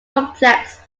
complex